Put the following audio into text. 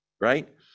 right